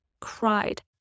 cried